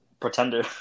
Pretender